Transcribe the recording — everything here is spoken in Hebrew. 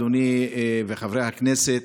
אדוני וחבריי חברי הכנסת,